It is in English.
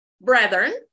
brethren